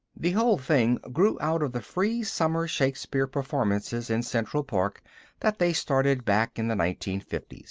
the whole thing grew out of the free summer shakespeare performances in central park that they started back in the nineteen fifty s.